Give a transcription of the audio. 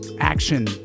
action